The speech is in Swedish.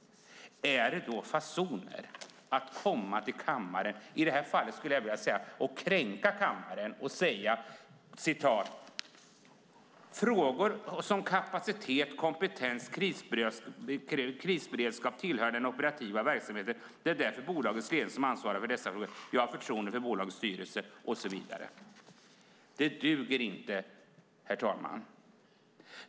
Är det då fasoner att komma hit och, skulle jag vilja säga, kränka kammaren och säga: "Frågor som kapacitet, kompetens och krisberedskap tillhör den operativa verksamheten. Det är därför bolagets ledning som ansvarar för dessa frågor. Jag har förtroende för bolagets styrelse ." Det duger inte, herr talman!